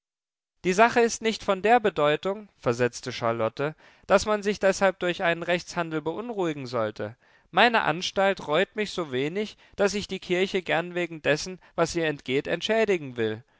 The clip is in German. die sache ist nicht von der bedeutung versetzte charlotte daß man sich deshalb durch einen rechtshandel beunruhigen sollte meine anstalt reut mich so wenig daß ich die kirche gern wegen dessen was ihr entgeht entschädigen will